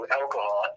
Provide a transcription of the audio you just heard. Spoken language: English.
alcohol